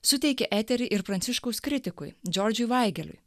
suteikia eterį ir pranciškaus kritikui džordžui vaigeliui